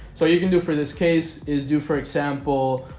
so you can do for this case is do for example